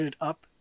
up